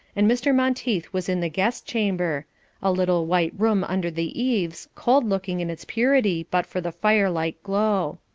and mr. monteith was in the guest-chamber a little white room under the eaves, cold-looking in its purity but for the firelight glow.